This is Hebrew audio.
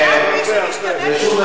מי שמשתמט יש לו מצפון?